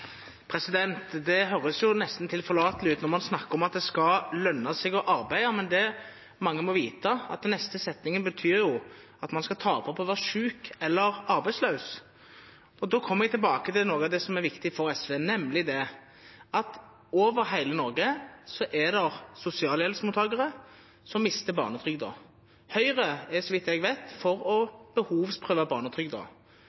Det høres nesten tilforlatelig ut når man snakker om at det skal lønne seg å arbeide, men det mange må vite, er at den neste setningen betyr at man skal tape på å være syk eller arbeidsløs. Da kommer vi tilbake til noe av det som er viktig for SV, nemlig at sosialhjelpsmottakere over hele Norge mister barnetrygden. Høyre er, så vidt jeg vet, for